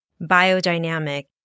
biodynamic